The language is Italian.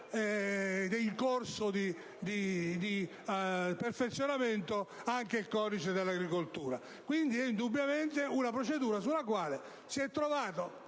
in corso di perfezionamento anche il codice dell'agricoltura. Quindi, è indubbiamente una procedura sulla quale si è trovato,